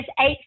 eight